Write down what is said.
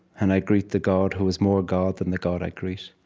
and i greet the god who is more god than the god i greet.